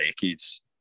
decades